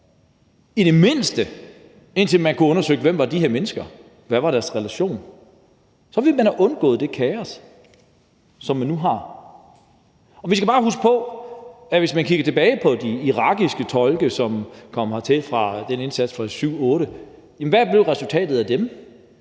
i det mindste indtil man kunne have undersøgt, hvem de her mennesker var, og hvad deres relation var. Så ville man have undgået det kaos, som man nu har. Vi skal bare huske på, hvis vi kigger tilbage på de irakiske tolke, som kom hertil fra indsatsen fra 2007-2008, hvad resultatet var af